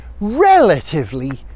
relatively